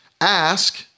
ask